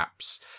Apps